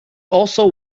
also